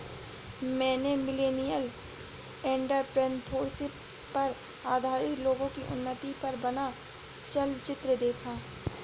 मैंने millennial entrepreneurship पर आधारित लोगो की उन्नति पर बना चलचित्र देखा